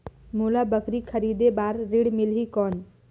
मोला बकरी खरीदे बार ऋण मिलही कौन?